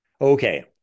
Okay